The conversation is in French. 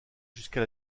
jusqu’à